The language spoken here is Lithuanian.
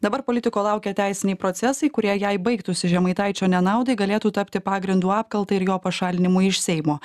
dabar politiko laukia teisiniai procesai kurie jei baigtųsi žemaitaičio nenaudai galėtų tapti pagrindu apkaltai ir jo pašalinimui iš seimo